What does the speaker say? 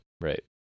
right